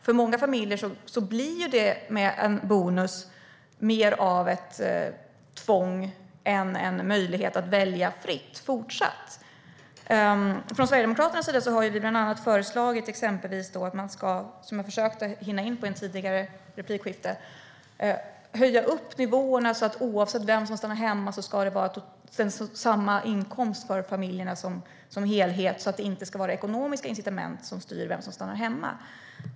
För många familjer blir en bonus mer av ett tvång än en möjlighet att välja fritt. Från Sverigedemokraternas sida har vi föreslagit att man, som jag försökte hinna in på i ett tidigare replikskifte, exempelvis ska höja nivåerna, så att inkomsten som helhet för familjen ska vara densamma oavsett vem som stannar hemma. Det ska inte vara ekonomiska incitament som styr vem som stannar hemma.